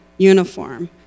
uniform